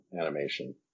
animation